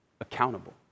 accountable